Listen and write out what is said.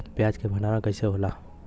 प्याज के भंडारन कइसे होला?